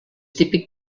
típic